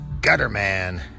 Gutterman